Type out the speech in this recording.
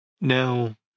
Now